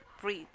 breathe